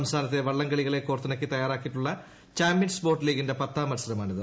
സംസ്ഥാനത്തെ വള്ളം കളികളെ കോർത്തിണക്കി തയ്യാറാക്കിയിട്ടുള്ള ചാമ്പ്യൻസ് ബോട്ടു ലീഗിന്റെ പത്താം മത്സരമാണിത്